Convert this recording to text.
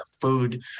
food